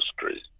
history